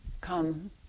come